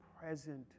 present